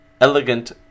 elegant